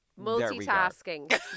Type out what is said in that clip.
multitasking